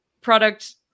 product